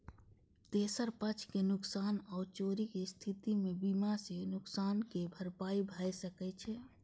तेसर पक्ष के नुकसान आ चोरीक स्थिति मे बीमा सं नुकसानक भरपाई भए सकै छै